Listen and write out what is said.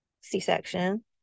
C-section